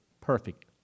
perfect